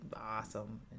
Awesome